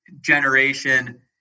generation